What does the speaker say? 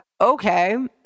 Okay